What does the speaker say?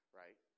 right